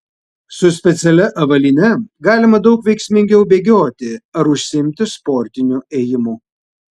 su specialia avalyne galima daug veiksmingiau bėgioti ar užsiimti sportiniu ėjimu